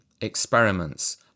experiments